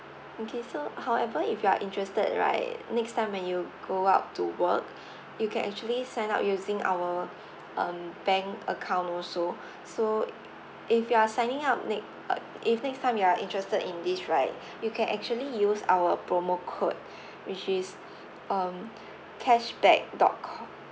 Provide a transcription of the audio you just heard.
okay so however if you are interested right next time when you go out to work you can actually sign up using our um bank account also so if you are signing up ne~ ugh if next time you are interested in this right you can actually use our promo code which is um cashback dot com